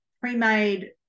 pre-made